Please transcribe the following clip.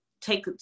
take